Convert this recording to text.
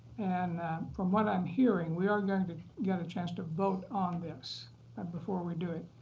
and from what i'm hearing, we are going to get a chance to vote on this and before we do it.